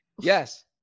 Yes